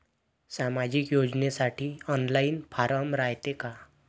सामाजिक योजनेसाठी online form रायते का?